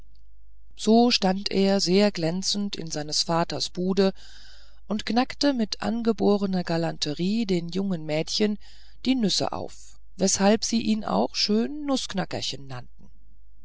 so stand er sehr glänzend in seines vaters bude und knackte aus angeborner galanterie den jungen mädchen die nüsse auf weshalb sie ihn auch schön nußknackerchen nannten